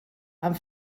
amb